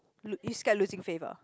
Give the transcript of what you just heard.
lo~ you scared losing faith uh